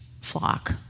flock